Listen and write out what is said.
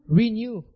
renew